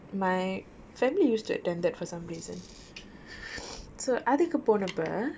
my family used to attend that for some reason so அதுக்கு போனப்பே:athuku ponappae